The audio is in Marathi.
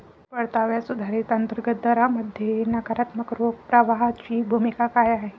परताव्याच्या सुधारित अंतर्गत दरामध्ये नकारात्मक रोख प्रवाहाची भूमिका काय आहे?